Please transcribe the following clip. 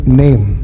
name